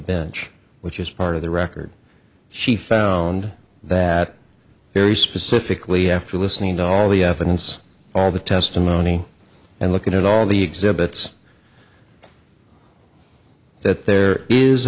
bench which is part of the record she found that very specifically after listening to all the evidence all the testimony and look at all the exhibits that there is